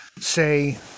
say